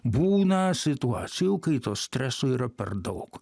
būna situacijų kai to streso yra per daug